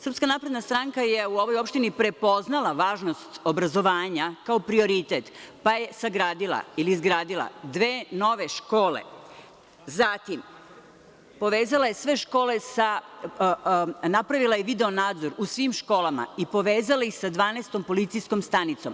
Srpska napredna stranka je u ovoj opštini prepoznala važnost obrazovanja kao prioritet, pa je sagradila ili izgradila dve nove škole, zatim, povezala je sve škole, napravila je video nadzor u svim školama i povezala ih sa 12. policijskom stanicom.